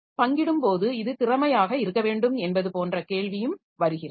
பங்கிடும்போது இது திறமையாக இருக்க வேண்டும் என்பது போன்ற கேள்வியும் வருகிறது